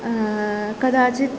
कदाचित्